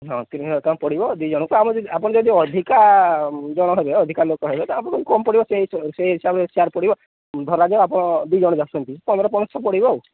ହଁ ତିନି ହଜାର ଟଙ୍କା ପଡ଼ିବ ଦି ଜଣ ତ ଆମ ଯଦି ଆପଣ ଯଦି ଅଧିକା ଜଣ ହେବେ ଅଧିକା ଲୋକ ହେବେ ତ ଆପଣକୁ କମ୍ ପଡ଼ିବ ସେ ସେଇ ହିସାବରେ ସିୟାର ପଡ଼ିବ ଧରାଯିବ ଆପଣ ଦି ଜଣ ଯ ଆସଛନ୍ତି ପନ୍ଦର ପନରଶହ ପଡ଼ିବ ଆଉ